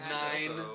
nine